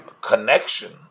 connection